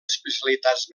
especialitats